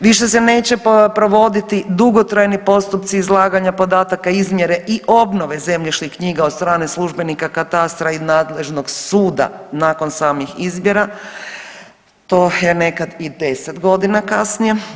Više se neće provoditi dugotrajni postupci izlaganja podataka izmjere i obnove zemljišnih knjiga od strane službenika katastra i nadležnog suda nakon samih izmjera, to je nekad i 10 godina kasnije.